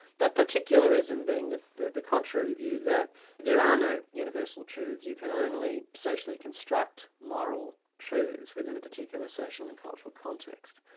but particularism being the the contrary view that there are no universal truths, you can only socially construct moral truths within a particular social and cultural context.